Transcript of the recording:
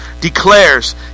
declares